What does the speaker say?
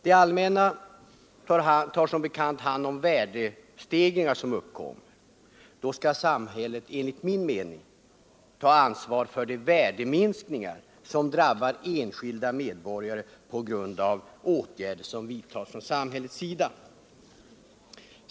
Det allmänna tar som bekant hand om värdestegringar som uppkommer. Då skall samhället enligt min mening också ta ansvar för de värdeminskningar som drabbar enskilda medborgare på grund av åtgärder som vidtas från samhällets sida.